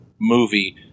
movie